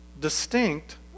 distinct